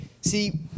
see